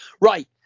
Right